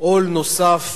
עול נוסף